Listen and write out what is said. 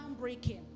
groundbreaking